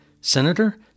Senator